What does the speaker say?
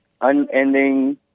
unending